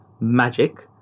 magic